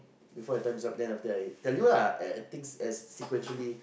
before the time's up then after that I tell you lah as as things as sequentially